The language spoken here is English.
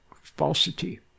falsity